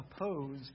oppose